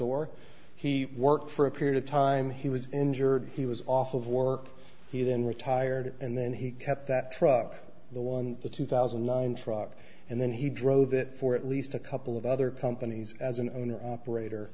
or he worked for a period of time he was injured he was off of work he then retired and then he kept that truck the one the two thousand and nine truck and then he drove it for at least a couple of other companies as an owner